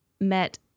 met